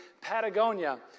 Patagonia